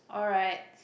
alright